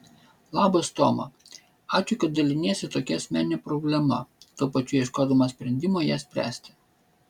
labas toma ačiū kad daliniesi tokia asmenine problema tuo pačiu ieškodama sprendimo ją spręsti